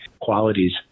qualities